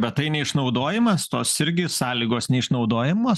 bet tai neišnaudojimas tos irgi sąlygos neišnaudojamos